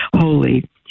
holy